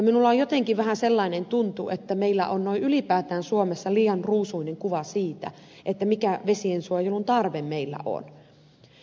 minulla on jotenkin vähän sellainen tuntu että meillä on noin ylipäätään suomessa liian ruusuinen kuva siitä mikä vesiensuojelun tarve meillä on